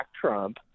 Trump